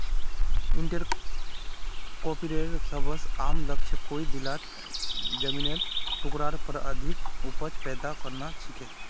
इंटरक्रॉपिंगेर सबस आम लक्ष्य कोई दियाल जमिनेर टुकरार पर अधिक उपज पैदा करना छिके